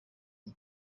iyi